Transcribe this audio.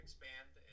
Expand